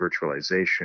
virtualization